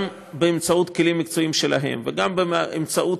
גם באמצעות הכלים המקצועיים שלהם וגם באמצעות